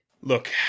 Look